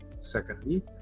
Secondly